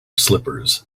slippers